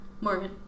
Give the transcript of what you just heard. Morgan